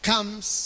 Comes